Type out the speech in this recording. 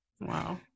Wow